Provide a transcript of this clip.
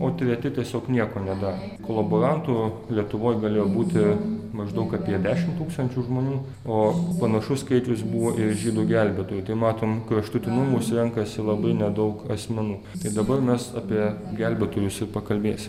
o treti tiesiog nieko nedarė kolaborantų lietuvoj galėjo būti maždaug apie dešimt tūkstančių žmonių o panašus skaičius buvo ir žydų gelbėtojų tai matom kraštutinumus renkasi labai nedaug asmenų tai dabar mes apie gelbėtojus ir pakalbėsim